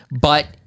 But-